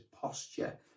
posture